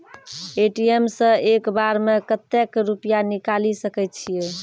ATM सऽ एक बार म कत्तेक रुपिया निकालि सकै छियै?